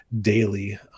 daily